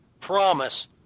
promise